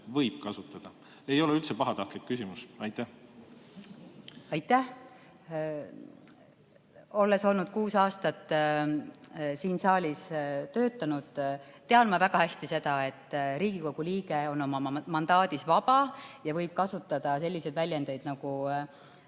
veel kasutada? Ei ole üldse pahatahtlik küsimus. Aitäh! Olles kuus aastat siin saalis töötanud, tean ma väga hästi, et Riigikogu liige on oma mandaadis vaba ja võib kasutada selliseid väljendeid, nagu